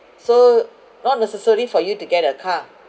so not necessary for you to get a car